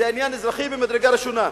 זה עניין אזרחי ממדרגה ראשונה.